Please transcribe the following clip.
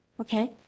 Okay